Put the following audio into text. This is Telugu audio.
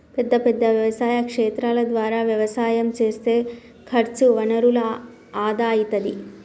పెద్ద పెద్ద వ్యవసాయ క్షేత్రాల ద్వారా వ్యవసాయం చేస్తే ఖర్చు వనరుల ఆదా అయితది